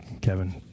Kevin